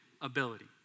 ability